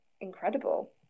incredible